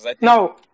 No